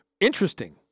Interesting